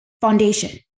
Foundation